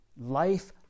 Life